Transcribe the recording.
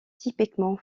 typiquement